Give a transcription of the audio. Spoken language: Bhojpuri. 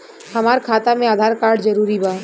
हमार खाता में आधार कार्ड जरूरी बा?